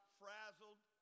frazzled